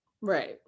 Right